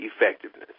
effectiveness